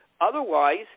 Otherwise